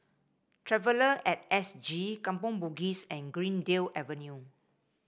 Traveller and S G Kampong Bugis and Greendale Avenue